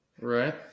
right